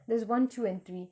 there's one two and three